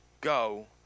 go